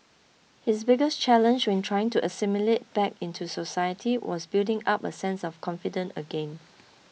his biggest challenge when trying to assimilate back into society was building up a sense of confidence again